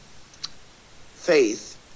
faith